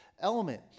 element